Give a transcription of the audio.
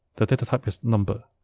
the data type is number.